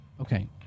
Okay